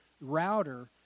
router